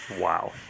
Wow